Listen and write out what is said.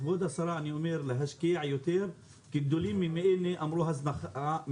לכבוד השרה אני אומר להשקיע יותר כי גדולים ממני אמרו הזנחה,